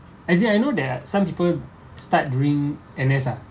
as in I know that some people start during N_S ah